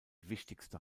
wichtigste